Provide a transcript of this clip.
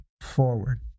forward